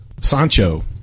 Sancho